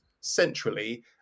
centrally